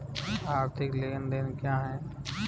आर्थिक लेनदेन क्या है?